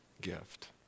gift